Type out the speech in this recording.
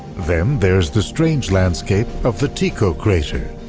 then there's the strange landscape of the tycho crater,